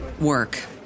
work